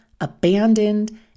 abandoned